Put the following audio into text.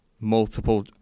multiple